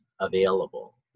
available